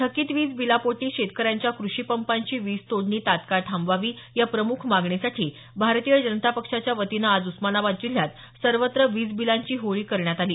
थकित वीज बिलापोटी शेतकऱ्यांच्या कृषी पंपांची वीज तोडणी तात्काळ थांबवावी या प्रमुख मागणीसाठी भारतीय जनता पक्षाच्या वतीनं आज उस्मानाबाद जिल्ह्यात सर्वत्र वीज बिलांची होळी करण्यात आली